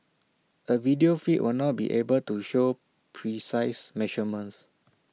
A video feed will not be able to show precise measurements